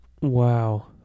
Wow